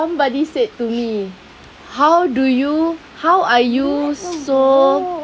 somebody said to me how do you how are you so